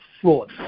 fraud